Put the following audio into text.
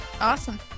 Awesome